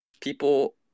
people